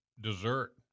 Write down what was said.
dessert